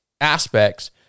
aspects